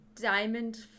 diamond